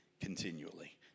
continually